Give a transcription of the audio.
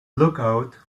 lookout